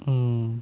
mm